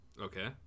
Okay